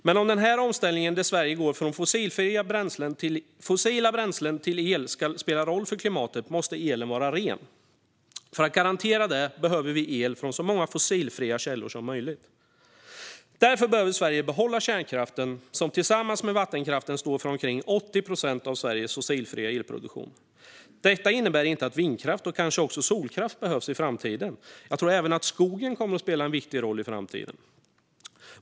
Men om den här omställningen, där Sverige går från fossila bränslen till el, ska spela roll för klimatet måste elen vara ren. För att garantera det behöver vi el från så många fossilfria källor som möjligt. Därför behöver Sverige behålla kärnkraften, som tillsammans med vattenkraften står för omkring 80 procent av Sveriges fossilfria elproduktion. Detta innebär inte att inte vindkraft och kanske solkraft behövs i framtiden. Jag tror även att skogen kommer att spela en viktig roll i framtiden.